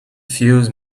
fuse